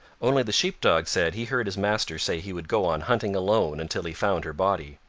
only the sheep dog said he heard his master say he would go on hunting alone, until he found her body.